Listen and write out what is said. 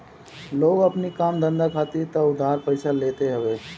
लोग अपनी काम धंधा खातिर तअ उधार पइसा लेते हवे